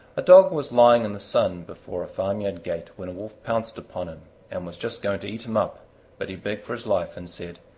a dog was lying in the sun before a farmyard gate when a wolf pounced upon him and was just going to eat him up but he begged for his life and said,